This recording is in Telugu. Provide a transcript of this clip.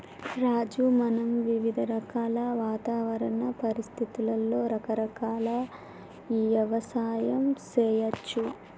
రాజు మనం వివిధ రకాల వాతావరణ పరిస్థితులలో రకరకాల యవసాయం సేయచ్చు